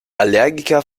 allergiker